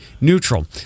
neutral